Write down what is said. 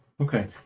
Okay